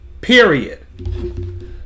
Period